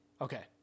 Okay